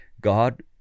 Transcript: God